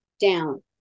down